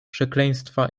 przekleństwa